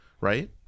right